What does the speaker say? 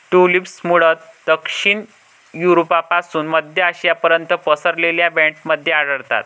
tulips मूळतः दक्षिण युरोपपासून मध्य आशियापर्यंत पसरलेल्या बँडमध्ये आढळतात